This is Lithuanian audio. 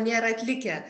nėra atlikę